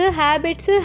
habits